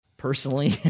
Personally